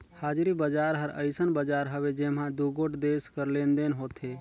हाजरी बजार हर अइसन बजार हवे जेम्हां दुगोट देस कर लेन देन होथे